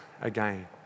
again